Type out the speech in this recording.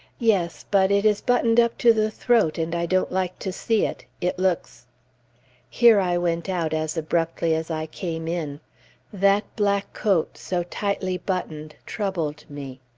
yes but it is buttoned up to the throat, and i don't like to see it. it looks here i went out as abruptly as i came in that black coat so tightly buttoned troubled me.